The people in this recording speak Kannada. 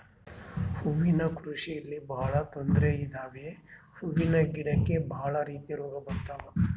ಹೂವಿನ ಕೃಷಿಯಲ್ಲಿ ಬಹಳ ತೊಂದ್ರೆ ಇದಾವೆ ಹೂವಿನ ಗಿಡಕ್ಕೆ ಭಾಳ ರೀತಿ ರೋಗ ಬರತವ